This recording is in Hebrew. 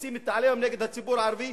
עושים את ה"עליהום" נגד הציבור הערבי,